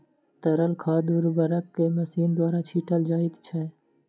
तरल खाद उर्वरक के मशीन द्वारा छीटल जाइत छै